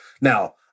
Now